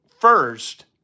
first